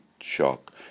shock